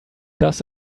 does